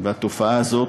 והתופעה הזאת,